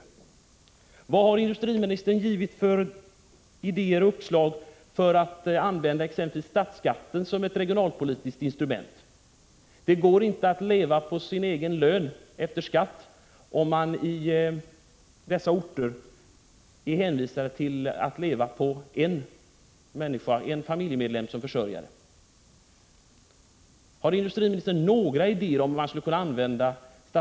Vilka idéer och uppslag har industriministern givit i fråga om att exempelvis använda statsskatten som ett regionalpolitiskt instrument? Det går inte att leva på sin egen lön efter skatt i dessa orter om man är hänvisad till endast en familjeförsörjare.